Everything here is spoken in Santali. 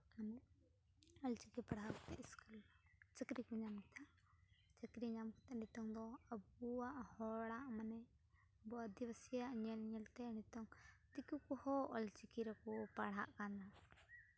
ᱚᱞᱪᱤᱠᱤ ᱯᱟᱲᱦᱟᱣ ᱠᱟᱛᱮᱫ ᱤᱥᱠᱩᱞ ᱪᱟᱹᱠᱨᱤ ᱠᱚ ᱧᱟᱢ ᱠᱮᱫᱟ ᱪᱟᱹᱠᱨᱤ ᱧᱟᱢ ᱠᱟᱛᱮᱫ ᱱᱤᱛᱚᱝ ᱫᱚ ᱟᱹᱵᱩᱣᱟᱜ ᱦᱚᱲᱟᱜ ᱢᱟᱱᱮ ᱟᱵᱚ ᱟᱹᱫᱤᱵᱟᱹᱥᱤᱭᱟᱜ ᱧᱮᱞ ᱧᱮᱞᱛᱮ ᱱᱤᱛᱚᱝ ᱫᱤᱠᱩ ᱠᱚᱦᱚᱸ ᱚᱞᱪᱤᱠᱤ ᱨᱮᱠᱚ ᱯᱟᱲᱦᱟᱜ ᱠᱟᱱᱟ